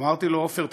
אמרתי לו: עופר,